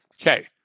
Okay